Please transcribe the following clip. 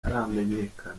ntaramenyekana